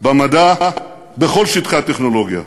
במדע, בכל שטחי הטכנולוגיה.